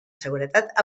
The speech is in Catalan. seguretat